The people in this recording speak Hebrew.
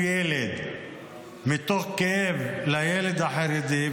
מתוך כאב לילד החרדי,